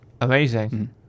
amazing